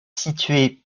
située